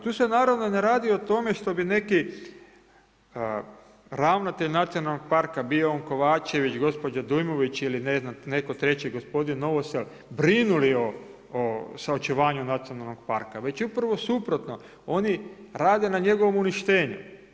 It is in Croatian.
Tu se naravno ne radi od tome što bi neki ravnatelj nacionalnog parka bio on Kovačević, gospođa Dujmović ili ne znam, netko treći, gospodin Novosel, brinuli o sačuvanju nacionalnog parka, već upravo suprotno, oni rade na njegovom uništenju.